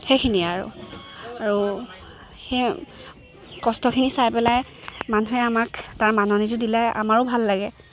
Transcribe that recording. সেইখিনিয়ে আৰু আৰু সেই কষ্টখিনি চাই পেলাই মানুহে আমাক তাৰ মাননিটো দিলে আমাৰো ভাল লাগে